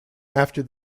after